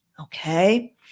Okay